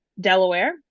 delaware